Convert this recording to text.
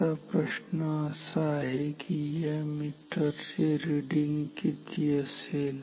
आता प्रश्न असा आहे की या मीटरचे रीडिंग किती असेल